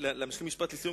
להשלים משפט לסיום,